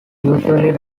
usually